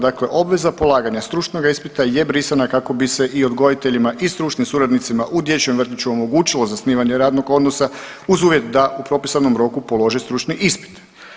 Dakle, obveza polaganja stručnog ispita je brisana kako bi se i odgojiteljima i stručnim suradnicima u dječjem vrtiću omogućilo zasnivanje radnog odnosa uz uvjet da u propisanom roku polože stručni ispit.